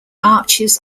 arches